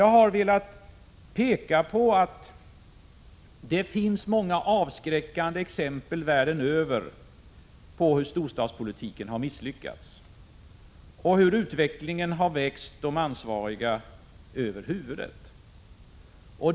Jag har velat framhålla att det finns många avskräckande exempel världen över på hur storstadspolitiken har misslyckats och hur utvecklingen har växt de ansvariga över huvudet.